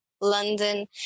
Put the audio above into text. London